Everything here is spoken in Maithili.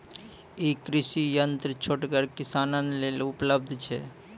ई कृषि यंत्र छोटगर किसानक लेल उपलव्ध छै?